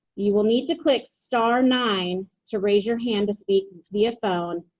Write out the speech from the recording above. you will need to click star nine to raise your hand to speak via phone,